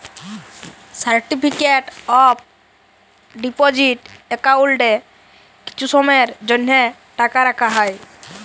certificate of deposit একাউল্টে কিছু সময়ের জ্যনহে টাকা রাখা হ্যয়